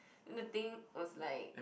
then the thing was like